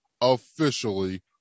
officially